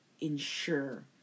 ensure